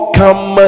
come